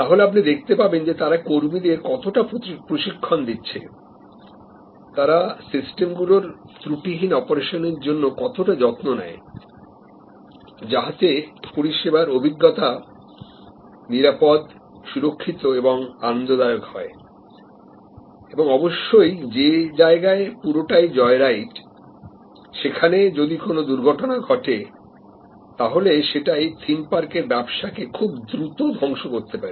তাহলে আপনি দেখতে পাবেন যে তারা কর্মীদের কতটা প্রশিক্ষণ দিয়েছে তারা সিস্টেমগুলোর ত্রুটিহীন অপারেশনের জন্য কতটা যত্ন নেয় যাহাতে পরিষেবার অভিজ্ঞতা নিরাপদ সুরক্ষিত এবং আনন্দদায়ক হয় এবং অবশ্যই যে জায়গায় পুরোটাই জয়রাইড সেখানে যদি কোন দূর্ঘটনা ঘটে তাহলে সেটা এই থিম পার্কের ব্যবসাকে খুব দ্রুত ধ্বংস করতে পারে